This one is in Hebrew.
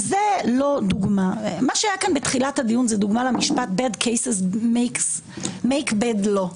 מה שהיה כאן בתחילת הדיון זו דוגמה למשפט Bad cases make bad law,